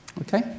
Okay